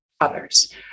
others